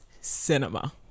cinema